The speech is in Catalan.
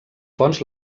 fonts